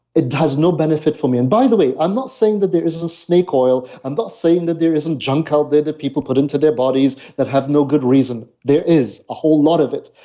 it has no benefit for me and by the way, i'm not saying that there is a snake oil and not saying that there isn't junk out there that people put into their bodies, that have no good reason. there is, a whole lot of it.